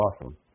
awesome